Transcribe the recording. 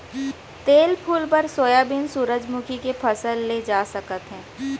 तेल फूल बर सोयाबीन, सूरजमूखी के फसल ले जा सकत हे